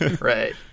Right